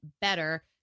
better